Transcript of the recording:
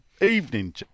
Evening